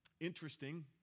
Interesting